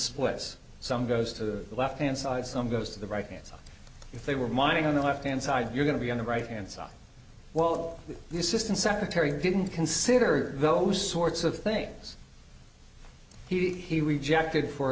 splits some goes to the left hand side some goes to the right hand side if they were mining on the left hand side you're going to be on the right hand side while the assistant secretary didn't consider those sorts of things he he rejected for